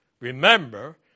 Remember